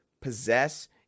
possess